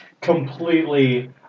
completely